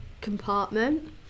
compartment